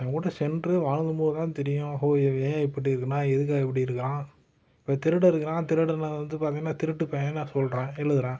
அவங்க கூட சென்று வாழ்ந்தும்போதுதான் தெரியும் ஹோ இவன் ஏன் இப்படி இருக்கிறான் எதுக்காக இப்படி இருக்கிறான் இப்போ திருடன் இருக்கிறான் திருடனை வந்து பார்த்தீங்கன்னா திருட்டு பையன்னு நான் சொல்கிறேன் எழுதுகிறேன்